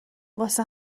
واسه